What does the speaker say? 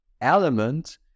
element